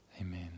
amen